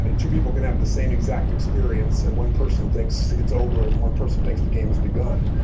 two people can have the same exact experience, and one person thinks it's over, and one person thinks the game has begun.